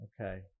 okay